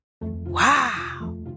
Wow